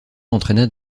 entraîna